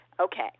Okay